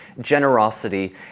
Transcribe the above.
generosity